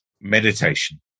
meditation